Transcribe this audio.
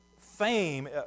fame